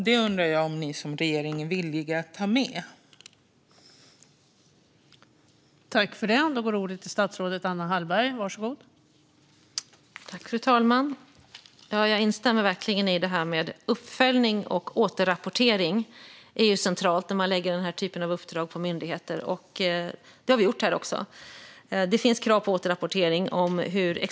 Jag undrar om regeringen är villig att ta med det.